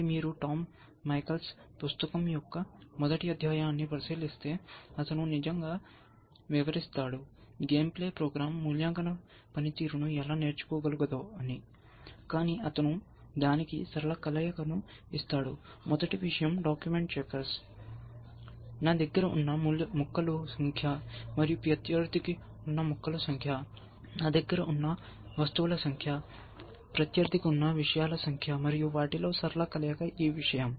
కాబట్టి మీరు Tom Michaels పుస్తకం యొక్క మొదటి అధ్యాయాన్ని పరిశీలిస్తే అతను నిజంగా వివరిస్తాడు గేమ్ ప్లే ప్రోగ్రాం మూల్యాంకన పనితీరును ఎలా నేర్చుకోగలదో కానీ అతను దానికి సరళ కలయికను ఇస్తాడు మొదటి విషయం డాక్యుమెంట్ చెకర్స్ నా దగ్గర ఉన్న ముక్కల సంఖ్య మరియు ప్రత్యర్థికి ఉన్న ముక్కల సంఖ్య నా దగ్గర ఉన్న వస్తువుల సంఖ్య ప్రత్యర్థికి ఉన్న విషయాల సంఖ్య మరియు వాటిలో సరళ కలయిక ఈ విషయం